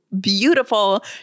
beautiful